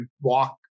walk